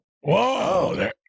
Whoa